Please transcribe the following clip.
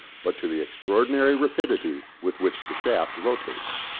but to the extraordinary rapidity with which the shaft rotates.